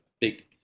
big